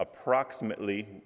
approximately